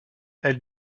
elle